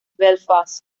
belfast